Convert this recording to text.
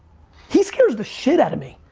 he scares the shit out of me.